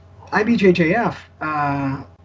IBJJF